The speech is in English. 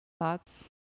Thoughts